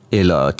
eller